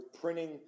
printing